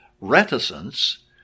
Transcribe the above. reticence